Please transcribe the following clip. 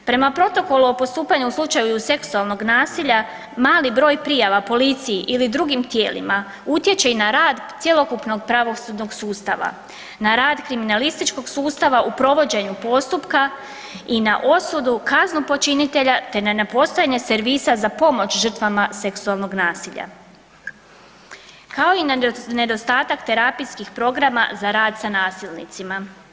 Prema protokolu o postupanju u slučaju seksualnog nasilja, mali broj prijava policiji ili drugim tijelima, utječe i na rad cjelokupnog pravosudnog sustava, na rad kriminalističkog sustava u provođenju postupka i na osudu, kaznu počinitelja te na nepostojanje servisa za pomoć žrtvama seksualnog nasilja, kao i nedostatak terapijskih programa za rad sa nasilnicima.